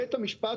בית המשפט